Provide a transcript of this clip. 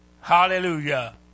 Hallelujah